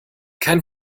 kein